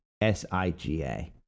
S-I-G-A